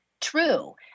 true